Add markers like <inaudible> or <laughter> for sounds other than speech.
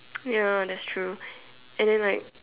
<noise> ya that's true and then like